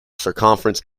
circumference